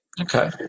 okay